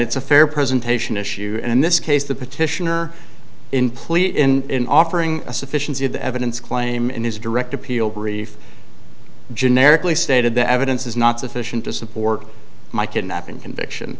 it's a fair presentation issue and in this case the petitioner in plea in offering a sufficiency of the evidence claim in his direct appeal brief generically stated the evidence is not sufficient to support my kidnapping conviction